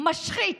משחית